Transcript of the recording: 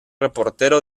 reportero